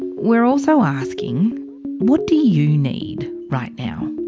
we're also asking what do you need right now.